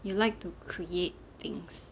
you like to create things